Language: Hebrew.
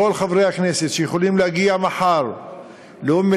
מכל חברי הכנסת שיכולים להגיע מחר לאום-אלחיראן